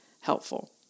helpful